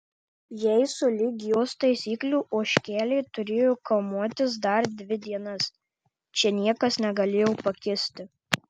jei sulig jos taisyklių ožkelė turėjo kamuotis dar dvi dienas čia niekas negalėjo pakisti